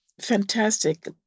fantastic